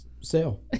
sale